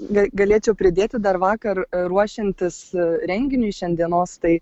gal galėčiau pridėti dar vakar ruošiantis renginiui šiandienos tai